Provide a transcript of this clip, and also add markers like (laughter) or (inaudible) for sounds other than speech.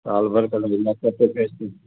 साल भर का (unintelligible) लाख का पैकेज भी